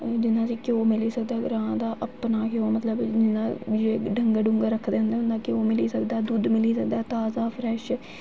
जि'यां असें गी घ्योऽ मिली सकदा ग्रांऽ दा अपना घ्योऽ मतलब जि'यां जे डंगर डुंगर रक्खे दे होंदे उं'दा घ्योऽ बी मिली सकदा ऐ दुद्ध मिली सकदा ऐ ताज़ा फ्रेश